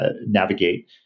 navigate